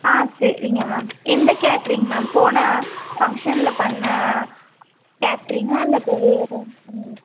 ஆ சரிங்க மேம் எந்த catering ma'am போன ஃபங்க்ஷனில் பண்ண ஆ கேட்டரிங்கா இல்லை இப்போது வேறு